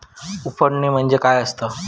उफणणी म्हणजे काय असतां?